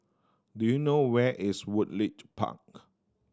do you know where is Woodleigh Park